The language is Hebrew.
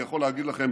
אני יכול להגיד לכם